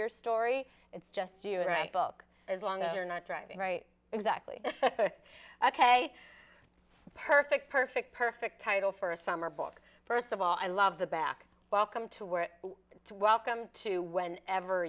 your story it's just you write a book as long as you're not driving right exactly ok perfect perfect perfect title for a summer book first of all i love the back welcome to where to welcome to when ever